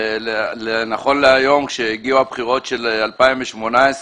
נכון להיום כשהגיעו הבחירות של 2018,